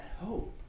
Hope